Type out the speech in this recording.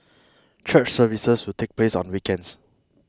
church services will take place on weekends